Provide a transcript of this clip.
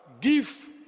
give